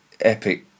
epic